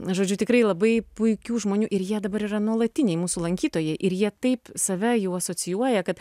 žodžiu tikrai labai puikių žmonių ir jie dabar yra nuolatiniai mūsų lankytojai ir jie taip save jau asocijuoja kad